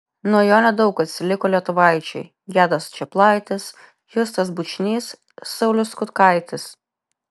nuo jo nedaug atsiliko lietuvaičiai gedas čeplaitis justas bučnys saulius kutkaitis